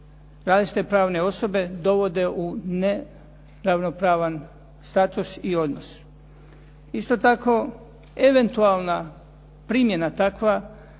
različite pravne osobe dovode u neravnopravan status i odnos. Isto tako, eventualna primjena takva